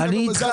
אני איתך.